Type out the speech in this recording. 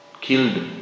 killed